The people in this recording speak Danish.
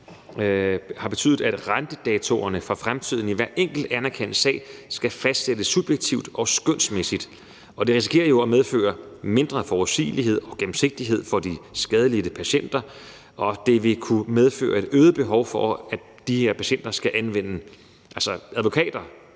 har betydet, at rentedatoerne for fremtiden i hver enkelt anerkendte sag skal fastsættes subjektivt og skønsmæssigt. Det risikerer jo at medføre mindre forudsigelighed og gennemsigtighed for de skadelidte patienter, og det vil kunne medføre et øget behov for, at de her patienter skal anvende advokater,